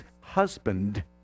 husband